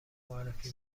معرفی